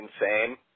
insane –